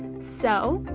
so,